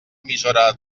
emissora